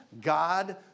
God